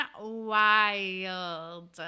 wild